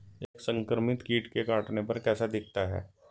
एक संक्रमित कीट के काटने पर कैसा दिखता है?